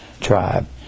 tribe